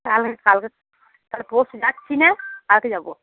কালকে কালকে তাহলে পরশু যাচ্ছি না কালকে যাবো